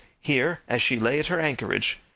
here, as she lay at her anchorage,